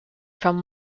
from